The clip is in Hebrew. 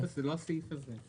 אבל לא בסעיף הזה.